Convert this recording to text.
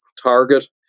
Target